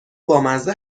بامزه